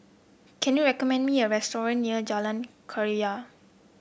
can you recommend me a restaurant near Jalan Keria